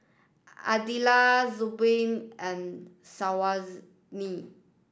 Aidil Zamrud and Syazwani